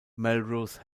melrose